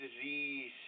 disease